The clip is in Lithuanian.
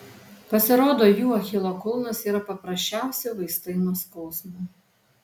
pasirodo jų achilo kulnas yra paprasčiausi vaistai nuo skausmo